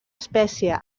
espècie